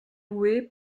louée